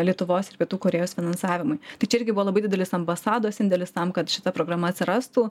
lietuvos ir pietų korėjos finansavimui tai čia irgi buvo labai didelis ambasados indėlis tam kad šita programa atsirastų